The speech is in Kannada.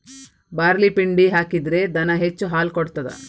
ಬಾರ್ಲಿ ಪಿಂಡಿ ಹಾಕಿದ್ರೆ ದನ ಹೆಚ್ಚು ಹಾಲು ಕೊಡ್ತಾದ?